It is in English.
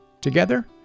Together